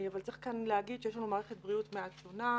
אבל צריך להגיד שיש לנו מערכת בריאות מעט שונה,